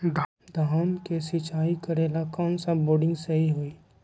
धान के सिचाई करे ला कौन सा बोर्डिंग सही होई?